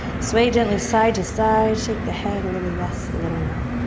sway gently, side to side. shake the head, a little yes, a little no.